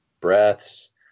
breaths